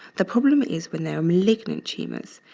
the problem is when they are malignant tumors.